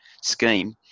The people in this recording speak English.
scheme